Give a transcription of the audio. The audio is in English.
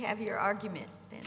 have your argument the